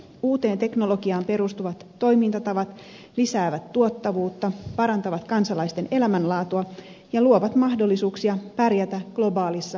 uuteen teknologiaan perustuvat toimintatavat lisäävät tuottavuutta parantavat kansalaisten elämänlaatua ja luovat mahdollisuuksia pärjätä globaalissa kilpailussa